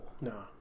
no